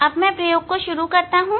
अब मैं प्रयोग करता हूं